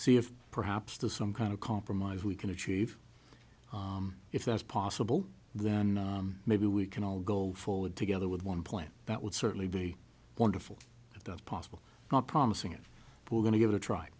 see if perhaps there's some kind of compromise we can achieve if that's possible then maybe we can all go forward together with one plan that would certainly be wonderful if not possible not promising it we're going to give it a try